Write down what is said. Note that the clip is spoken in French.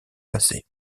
passer